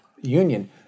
union